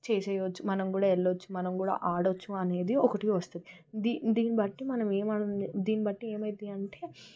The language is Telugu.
చేసేయొచ్చు మనం కూడా వెళ్ళొచ్చు మనం కూడా ఆడొచ్చు అనేది ఒకటి వస్తుంది దీ దీని బట్టి మనం ఏమంటే దీని బట్టి ఏమైతుందంటే